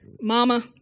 mama